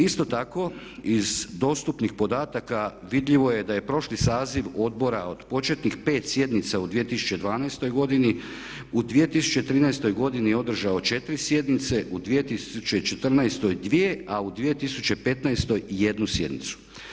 Isto tako iz dostupnih podataka vidljivo je da je prošli saziv odbora od početnih 5 sjednica u 2012. godini u 2013. godini održao 4 sjednice, u 2014. 2 a u 2015. 1 sjednicu.